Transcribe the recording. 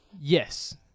Yes